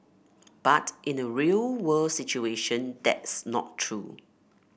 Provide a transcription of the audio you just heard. but in a real world situation that's not true